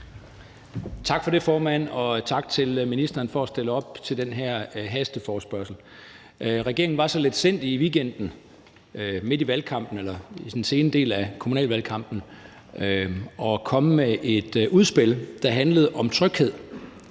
Tak for det, formand, og tak til ministeren for at stille op til den her hasteforespørgsel. Regeringen var så letsindig i weekenden, i den sene del af kommunalvalgkampen, at komme med et udspil, der handlede om tryghed.